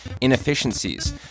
inefficiencies